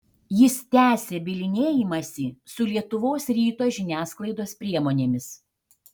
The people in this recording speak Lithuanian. jis tęsia bylinėjimąsi su lietuvos ryto žiniasklaidos priemonėmis